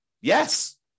Yes